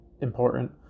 important